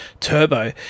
Turbo